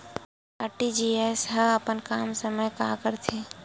RTGS ह अपन काम समय मा करथे?